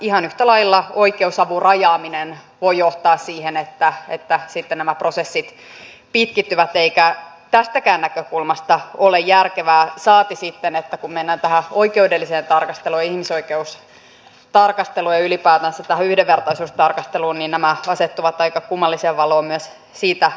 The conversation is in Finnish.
ihan yhtä lailla oikeusavun rajaaminen voi johtaa siihen että nämä prosessit pitkittyvät eikä se tästäkään näkökulmasta ole järkevää saati sitten kun mennään oikeudelliseen tarkasteluun ja ihmisoikeustarkasteluun ja ylipäätänsä yhdenvertaisuustarkasteluun jolloin nämä asettuvat aika kummalliseen valoon myös siitä näkökulmasta